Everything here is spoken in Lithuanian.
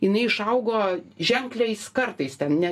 jinai išaugo ženkliais kartais ten ne